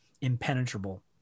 impenetrable